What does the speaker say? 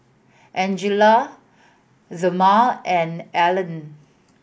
Angelia Thelma and Elian